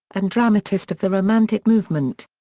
and dramatist of the romantic movement.